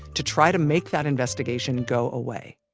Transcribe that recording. to try to make that investigation go away